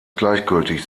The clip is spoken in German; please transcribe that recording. gleichgültig